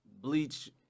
Bleach